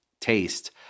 taste